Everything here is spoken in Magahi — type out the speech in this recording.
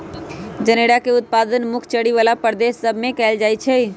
जनेरा के उत्पादन मुख्य चरी बला प्रदेश सभ में कएल जाइ छइ